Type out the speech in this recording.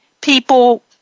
people